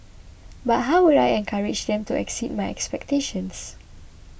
but how would I encourage them to exceed my expectations